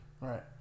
right